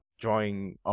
drawing